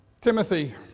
Timothy